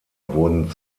wurden